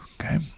Okay